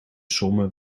sommen